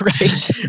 Right